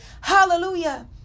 hallelujah